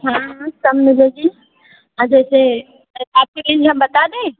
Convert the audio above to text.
हाँ हाँ सब मिलेगी आ जैसे आपको रेंज हम बता दें